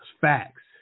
Facts